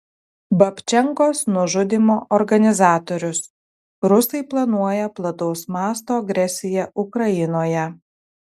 babčenkos nužudymo organizatorius rusai planuoja plataus masto agresiją ukrainoje